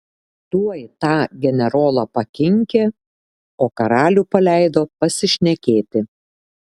tuoj tą generolą pakinkė o karalių paleido pasišnekėti